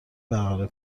برقرار